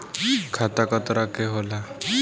खाता क तरह के होला?